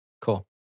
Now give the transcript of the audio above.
cool